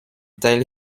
teil